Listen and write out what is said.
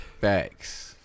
facts